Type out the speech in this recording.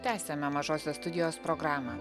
tęsiame mažosios studijos programą